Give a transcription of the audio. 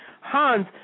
Hans